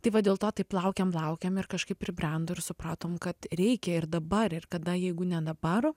tai va dėl to taip laukėm laukėm ir kažkaip pribrendo ir supratom kad reikia ir dabar ir kada jeigu ne dabar